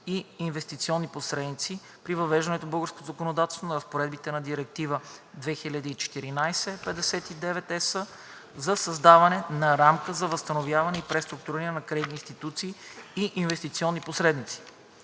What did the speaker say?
и инвестиционни посредници при въвеждането в българското законодателство на разпоредбите на Директива 2014/59/ЕС за създаване на рамка за възстановяване и преструктуриране на кредитни институции и инвестиционни посредници.